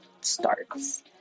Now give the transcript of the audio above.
starts